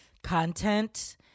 content